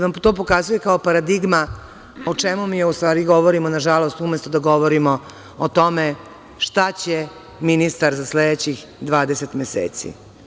vam pokazuje kao paradigma o čemu mi o stvari govorimo, nažalost, umesto da govorimo o tome šta će ministar za sledećih 20 meseci.